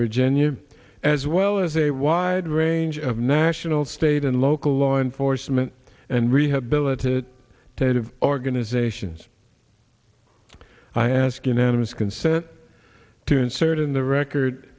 virginia as well as a wide range of national state and local law enforcement and rehabilitate it to organizations i ask unanimous consent to insert in the record